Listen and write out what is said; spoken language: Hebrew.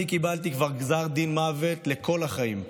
אני קיבלתי כבר גזר דין מוות לכל החיים.